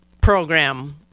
program